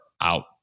out